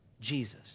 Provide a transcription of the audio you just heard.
Jesus